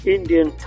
Indian